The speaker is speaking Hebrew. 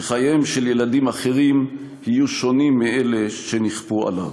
שחייהם של ילדים אחרים יהיו שונים מאלה שנכפו עליו.